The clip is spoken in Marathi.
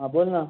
हां बोल ना